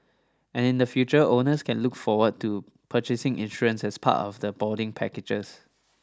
and in the future owners can look forward to purchasing insurance as part of the boarding packages